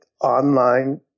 online